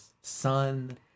sun